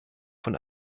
von